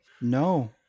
no